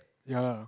ya